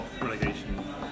Relegation